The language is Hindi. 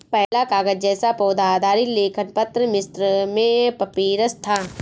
पहला कागज़ जैसा पौधा आधारित लेखन पत्र मिस्र में पपीरस था